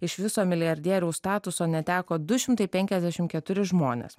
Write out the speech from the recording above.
iš viso milijardieriaus statuso neteko du šimtai penkiasdešim keturi žmonės